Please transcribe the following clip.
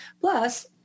Plus